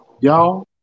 Y'all